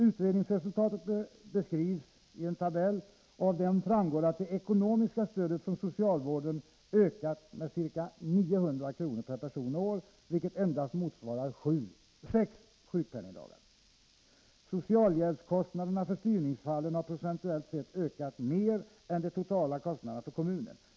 Utredningsresultatet beskrivs i tabell ——— och av det framgår att det ekonomiska stödet från socialvården ökat med ca 900 kronor per person och år, vilket endast motsvarar 6 sjukpenningdagar. Socialhjälpskostnaderna för styrningsfallen har procentuellt sett ökat mer än de totala kostnaderna för kommunen.